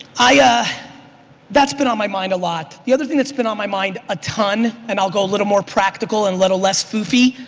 ah that's been on my mind a lot. the other thing that's been on my mind a ton and i'll go little more practical, a and little less foofy,